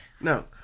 no –